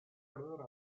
alors